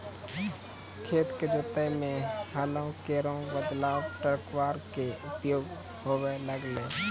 खेतो क जोतै म हलो केरो बदला ट्रेक्टरवा कॅ उपयोग होबे लगलै